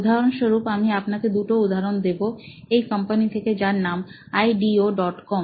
উদাহরণ স্বরূপ আমি আপনাকে দুটো উদাহরণ দেবো এই কোম্পানি থেকে যার নাম আইডিও ডট কম